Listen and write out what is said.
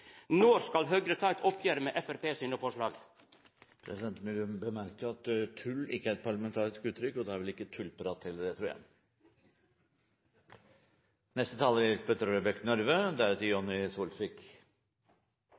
Når skal Høgre ta eit oppgjer med Framstegspartiet sine forslag? Presidenten vil bemerke at «tull» ikke er et parlamentarisk uttrykk, og da er vel heller ikke «tullprat» det. Med svært mye på hjertet når det